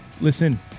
listen